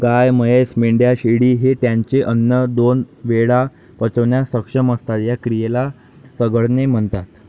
गाय, म्हैस, मेंढ्या, शेळी हे त्यांचे अन्न दोन वेळा पचवण्यास सक्षम असतात, या क्रियेला चघळणे म्हणतात